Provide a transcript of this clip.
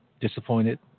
disappointed